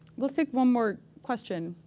let's take one more question.